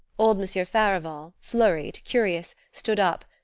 old monsieur farival, flurried, curious, stood up,